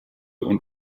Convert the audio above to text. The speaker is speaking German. und